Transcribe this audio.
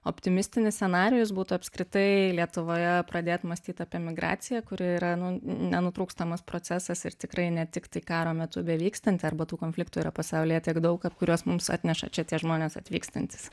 optimistinis scenarijus būtų apskritai lietuvoje pradėt mąstyt apie migraciją kuri yra nenutrūkstamas procesas ir tikrai ne tiktai karo metu bevykstanti arba tų konfliktų yra pasaulyje tiek daug kad kuriuos mums atneša čia tie žmonės atvykstantys